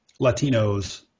Latinos